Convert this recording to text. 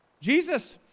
Jesus